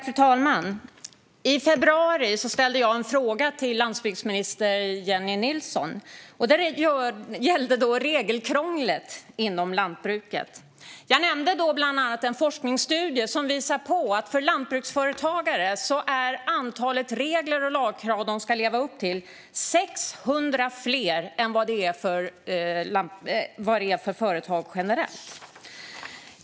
Fru talman! I februari ställde jag en fråga till landsbygdsminister Jennie Nilsson. Den gällde regelkrånglet inom lantbruket. Jag nämnde bland annat en forskningsstudie som visar att antalet regler och krav som lantbruksföretagare ska leva upp till är 600 fler än för företag generellt.